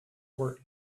were